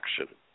action